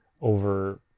Over